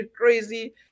crazy